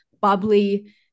bubbly